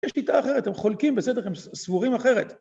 יש שיטה אחרת, הם חולקים בסדר, הם סבורים אחרת.